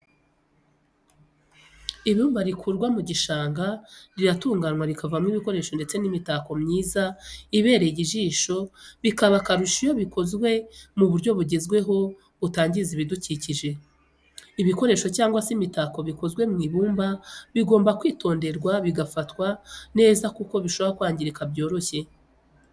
Ibumba rikurwa mu gishanga riratunganywa rikavamo ibikoresho ndetse n'imitako myiza ibereye ijisho bikaba akarusho iyo byakozwe mu buryo bugezweho butangiza ibidukikije. ibikoresho cyangwa se imitako bikozwe mu ibumba bigomba kwitonderwa bigafatwa neza kuko bishobora kwangirika byoroshye.